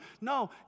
No